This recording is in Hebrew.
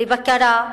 לבקרה,